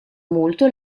molto